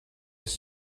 was